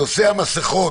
נושא המסכות